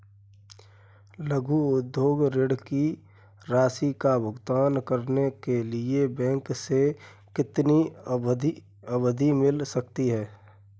लघु उद्योग ऋण की राशि का भुगतान करने के लिए बैंक से कितनी अवधि मिल सकती है?